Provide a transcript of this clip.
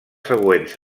següents